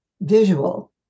visual